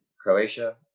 Croatia